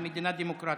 על מדינה דמוקרטית.